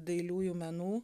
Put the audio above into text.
dailiųjų menų